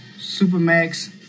Supermax